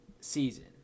season